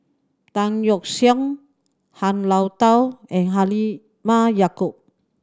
Tan Yeok Seong Han Lao Da and Halimah Yacob